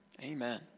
Amen